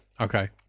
okay